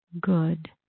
good